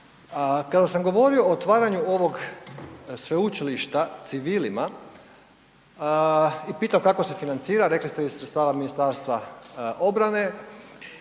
Kada sam govorio o otvaranja ovog Sveučilišta civilima i pitao kako se financira, rekli ste iz sredstava MORH-a koje